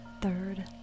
third